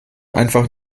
einfach